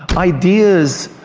ideas,